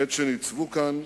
בעת שניצבו כאן,